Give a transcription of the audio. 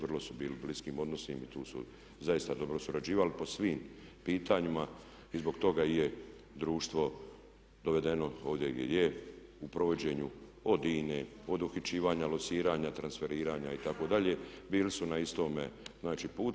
Vrlo su bili u bliskim odnosima i tu su zaista dobro surađivali po svim pitanjima i zbog toga i je društvo dovedeno ovdje gdje je u provođenju od …/Govornik se na razumije./…, od uhićivanja, lociranja, transferiranja itd., bili su na istome znači putu.